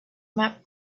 map